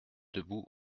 debout